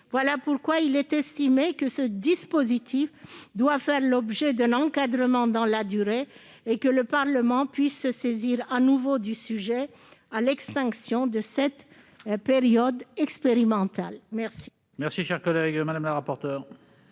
Voilà pourquoi nous estimons que ce dispositif doit faire l'objet d'un encadrement dans la durée et que le Parlement doit se saisir de nouveau du sujet à l'extinction de cette période expérimentale. Quel